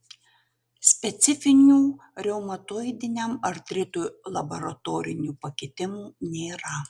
specifinių reumatoidiniam artritui laboratorinių pakitimų nėra